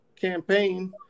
campaign